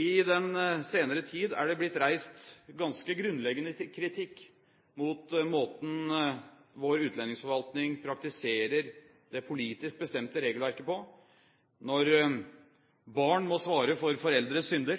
I den senere tid har det blitt reist ganske grunnleggende kritikk mot måten vår utlendingsforvaltning praktiserer det politisk bestemte regelverket på – når barn må svare for foreldres synder,